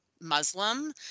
Muslim